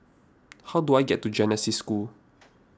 how do I get to Genesis School